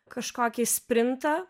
kažkokį sprintą